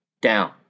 down